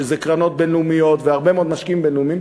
שזה קרנות בין-לאומיות והרבה מאוד משקיעים בין-לאומיים,